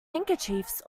handkerchiefs